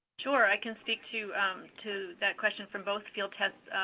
sure. i can speak to to that question from both field tests.